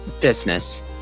business